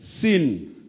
sin